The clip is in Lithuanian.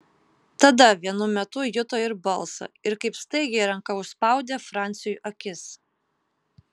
tada vienu metu juto ir balsą ir kaip staigiai ranka užspaudė franciui akis